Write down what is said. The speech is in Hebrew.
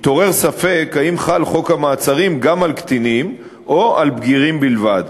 התעורר ספק אם חל חוק המעצרים גם על קטינים או על בגירים בלבד.